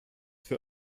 für